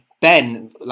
Ben